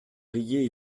riait